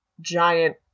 giant